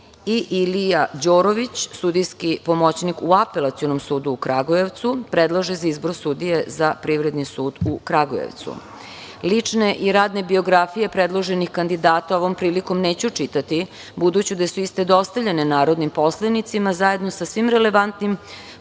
i Ilija Đorović, sudijski pomoćnik u Apelacionom sudu u Kragujevcu, predlaže za izbor sudije za Privredni sud u Kragujevcu. Lične i radne biografije predloženih kandidata ovom prilikom neću čitati, budući da su iste dostavljene narodnim poslanicima zajedno sa svim relevantnim podacima